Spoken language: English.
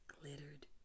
glittered